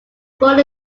born